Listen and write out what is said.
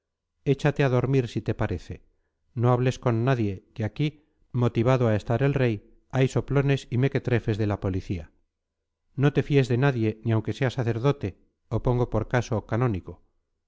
échate a dormir si te parece no hables con nadie que aquí motivado a estar el rey hay soplones y mequetrefes de la policía no te fíes de nadie ni aunque sea sacerdote o pongo por caso canónigo